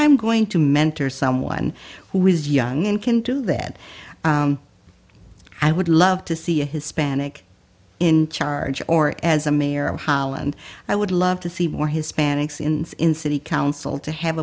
i'm going to mentor someone who is young and can do that i would love to see a hispanic in charge or as a mayor of holland i would love to see more hispanics in in city council to have